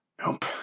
Nope